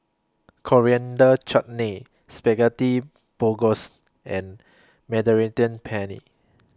Coriander Chutney Spaghetti Bolognese and Mediterranean Penne